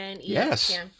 Yes